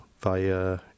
via